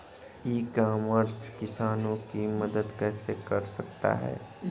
ई commerce किसानों की मदद कैसे कर सकता है?